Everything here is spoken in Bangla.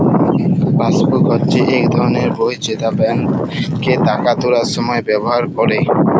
পাসবুক হচ্যে ইক ধরলের বই যেট ব্যাংকে টাকা তুলার সময় ব্যাভার ক্যরে